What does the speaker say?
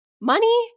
money